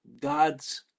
God's